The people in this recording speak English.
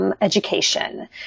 education